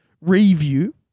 review